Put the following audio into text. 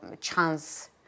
chance